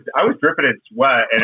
i was dripping in sweat,